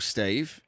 Steve